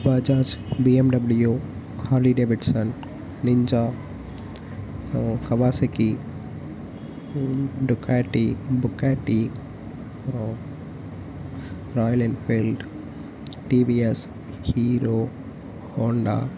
Bajaj BMW Harley Davidson Ninja Kawasaki Ducati Bugatti அப்புறம் Royal Enfield TVS Hero Honda